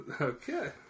Okay